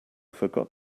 forgot